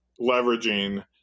leveraging